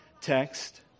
text